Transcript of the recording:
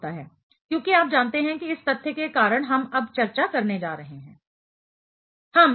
क्योंकि आप जानते हैं कि इस तथ्य के कारण हम अब चर्चा करने जा रहे हैं